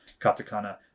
katakana